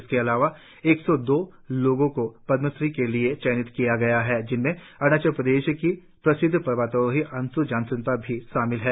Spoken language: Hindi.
इसके अलावा एक सौ दो लोगों को पद्माश्री के लिए चयनित किया गया जिनमे अरुणाचल प्रदेश की प्रसिद्ध पर्वतारोही अंश् जमसेंपा भी शामिल है